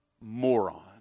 moron